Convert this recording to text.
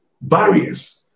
barriers